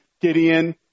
Gideon